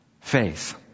faith